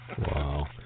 Wow